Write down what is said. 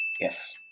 Yes